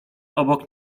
obok